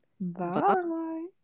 Bye